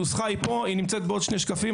הנוסחה נמצאת בעוד שני שקפים,